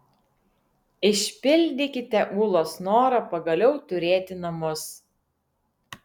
išpildykite ūlos norą pagaliau turėti namus